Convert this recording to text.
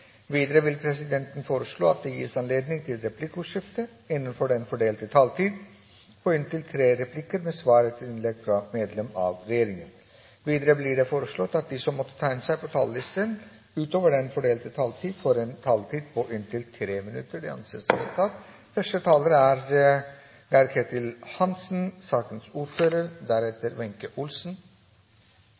Videre vil presidenten foreslå at det gis anledning til replikkordskifte på inntil tre replikker med svar etter innlegg fra medlem av regjeringen innenfor den fordelte taletid. Videre blir det foreslått at de som måtte tegne seg på talerlisten utover den fordelte taletid, får en taletid på inntil 3 minutter. – Det anses vedtatt. Saken vi nå skal behandle, er